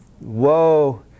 Whoa